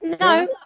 No